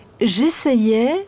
J'essayais